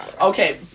Okay